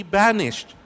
banished